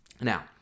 Now